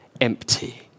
empty